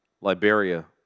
Liberia